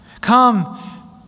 Come